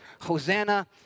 Hosanna